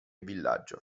villaggio